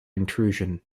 intrusion